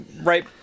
right